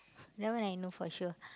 that one I know for sure